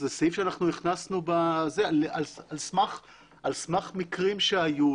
זה סעיף שאנחנו הכנסנו על סמך מקרים שהיו,